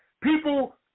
people